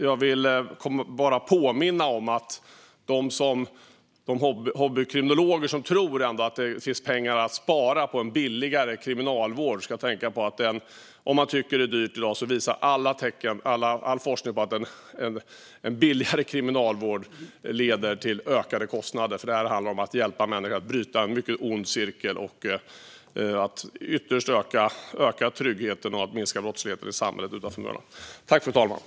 Jag vill bara påminna de hobbykriminologer som ändå tror att det finns pengar att spara på en billigare kriminalvård om att de ska tänka på detta: Om man tycker att det är dyrt i dag visar all forskning på att en billigare kriminalvård leder till ökade kostnader. Det här handlar om att hjälpa människor att bryta en mycket ond cirkel och ytterst om att öka tryggheten och minska brottsligheten i samhället utanför murarna.